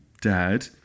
Dad